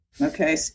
okay